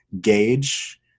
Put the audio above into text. gauge